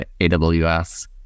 AWS